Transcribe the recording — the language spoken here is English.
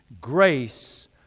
grace